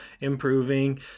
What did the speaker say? improving